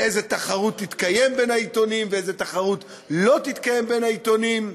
איזו תחרות תתקיים בין העיתונים ואיזו תחרות לא תתקיים בין העיתונים.